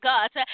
God